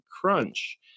crunch